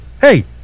hey